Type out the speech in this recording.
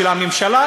של הממשלה,